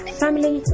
family